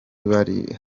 bari